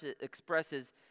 expresses